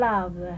Love